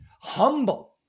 humble